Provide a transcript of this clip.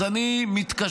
אז אני מתקשה,